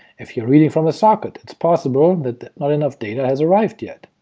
if you're reading from a socket, it's possible that not enough data has arrived yet,